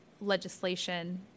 legislation